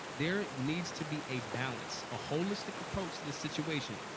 there needs to be a balance, a holistic approach to this situation.